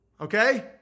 Okay